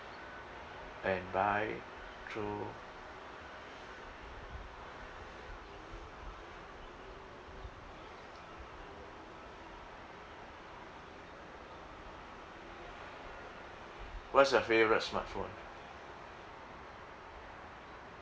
and buy through what's your favourite smartphone